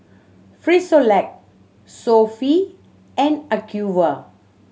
Frisolac Sofy and Acuvue